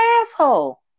asshole